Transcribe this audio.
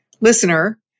listener